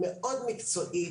מאוד מקצועית,